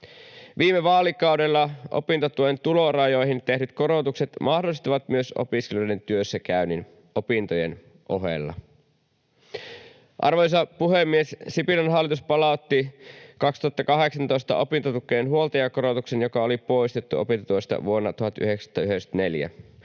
Viime vaalikaudella opintotuen tulorajoihin tehdyt korotukset mahdollistivat myös opiskelijoiden työssäkäynnin opintojen ohella. Arvoisa puhemies! Sipilän hallitus palautti vuonna 2018 opintotukeen huoltajakorotuksen, joka oli poistettu opintotuesta vuonna 1994.